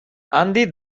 andy